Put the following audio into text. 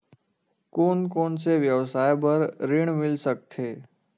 कोन कोन से व्यवसाय बर ऋण मिल सकथे?